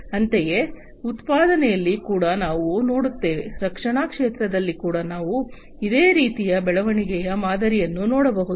ಅಂತೆಯೇ ಉತ್ಪಾದನೆಯಲ್ಲಿ ಕೂಡ ನಾವು ನೋಡುತ್ತೇವೆ ರಕ್ಷಣಾ ಕ್ಷೇತ್ರದಲ್ಲಿ ಕೂಡ ನಾವು ಇದೇ ರೀತಿಯ ಬೆಳವಣಿಗೆಯ ಮಾದರಿಯನ್ನು ನೋಡಬಹುದು